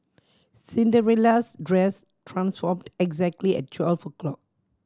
Cinderella's dress transformed exactly at twelve o'clock